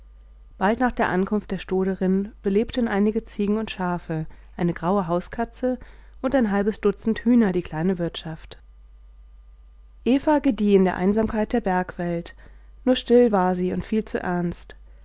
bald nach der ankunft der stoderin belebten einige ziegen und schafe eine graue hauskatze und ein halbes dutzend hühner die kleine wirtschaft eva gedieh in der einsamkeit der bergwelt nur still war sie und viel zu ernst